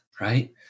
right